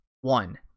one